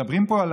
מדברים פה על